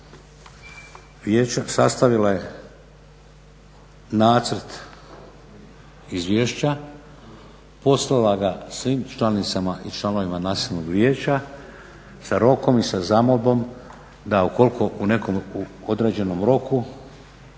Vijeća sastavila je Nacrt izvješća, poslala ga svim članicama i članovima Nacionalnog vijeća sa rokom i sa zamolbom da ukoliko u nekom određenom roku,